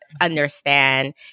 understand